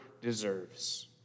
deserves